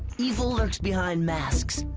evil lurks behind masks,